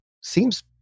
seems